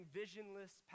visionless